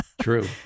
True